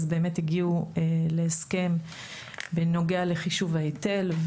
אז באמת הגיעו להסכם בנוגע לחישוב ההיטל.